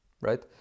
Right